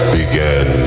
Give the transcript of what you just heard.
began